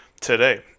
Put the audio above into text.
today